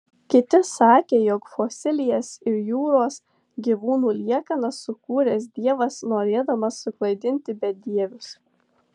kiti sakė jog fosilijas ir jūros gyvūnų liekanas sukūręs dievas norėdamas suklaidinti bedievius